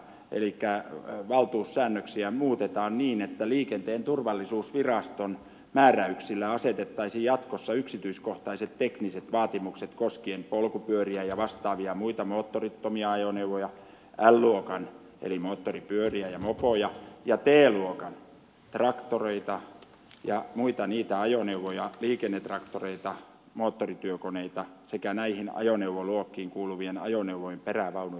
elikkä valtuussäännöksiä muutetaan niin että liikenteen turvallisuusviraston määräyksillä asetettaisiin jatkossa yksityiskohtaiset tekniset vaatimukset koskien polkupyöriä ja vastaavia muita moottorittomia ajoneuvoja l luokan ajoneuvoja eli moottoripyöriä ja mopoja ja t luokan traktoreita ja muita ajoneuvoja liikennetraktoreita moottorityökoneita sekä näihin ajoneuvoluokkiin kuuluvien ajoneuvojen perävaunuja